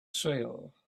sale